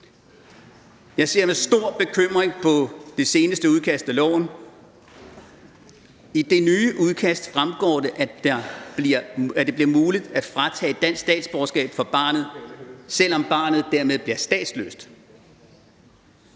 Jeg ser med stor bekymring på det seneste udkast af lovforslaget. I det nye udkast fremgår det, at det bliver muligt at tage dansk statsborgerskab fra barnet, selv om barnet dermed bliver statsløst.